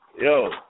Yo